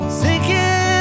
sinking